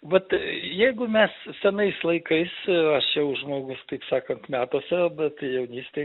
vat jeigu mes senais laikais aš jau žmogus taip sakant metuose bet jaunystėj